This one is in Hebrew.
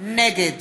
נגד